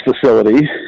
facility